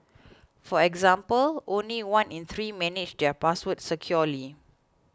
for example only one in three manage their passwords securely